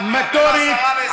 מ-10% ל-20%.